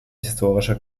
historischer